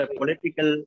political